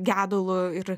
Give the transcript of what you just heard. gedulu ir